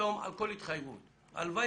לחתום על כל התחייבות, הלוואי